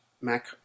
mac